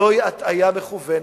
זוהי הטעיה מכוונת.